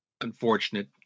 unfortunate